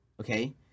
Okay